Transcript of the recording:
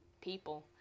people